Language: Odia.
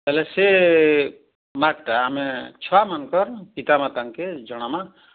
ହେଲେ ସେ ମାର୍କ୍ଟା ଆମେ ଛୁଆ ମାନଙ୍କର ପିତାମାତାଙ୍କେ ଜଣମା